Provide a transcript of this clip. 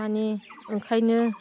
माने ओंखायनो